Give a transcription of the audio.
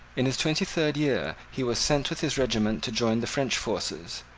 in his twenty-third year he was sent with his regiment to join the french forces,